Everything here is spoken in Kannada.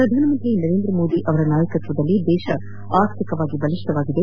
ಪ್ರಧಾನಿ ನರೇಂದ್ರ ಮೋದಿ ಅವರ ನಾಯಕತ್ವದಲ್ಲಿ ದೇಶ ಆರ್ಥಿಕವಾಗಿ ಬಲಿಷ್ಠವಾಗಿದೆ